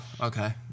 Okay